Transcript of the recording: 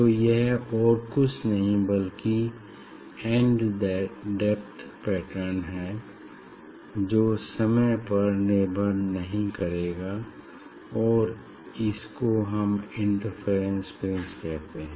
तो यह और कुछ नहीं बल्कि एन्ड डेप्थ पैटर्न है जो समय पर निर्भर नहीं करेगा और इसको हम इंटरफेरेंस फ्रिंज कहते हैं